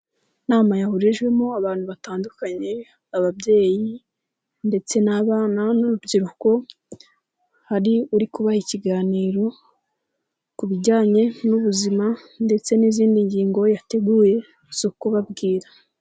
Inama yahurijwemo abantu batandukanye ababyeyi ndetse n'abana n'urubyiruko, hari uri kubaha ikiganiro ku bijyanye n'ubuzima ndetse n'izindi ngingo yateguye zo kubabwira.